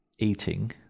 eating